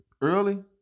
Early